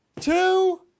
two